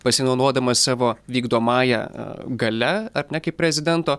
pasinaudodamas savo vykdomąja galia ar ne kaip prezidento